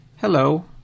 hello